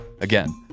Again